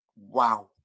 wow